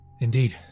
Indeed